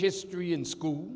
history in school